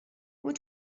who